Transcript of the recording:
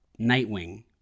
Nightwing